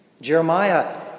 Jeremiah